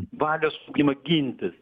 valios ugdymą gintis